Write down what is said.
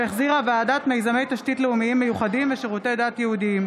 שהחזירה ועדת מיזמי תשתית לאומיים מיוחדים ושירותי דת יהודיים,